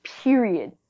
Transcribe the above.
period